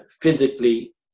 physically